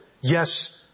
Yes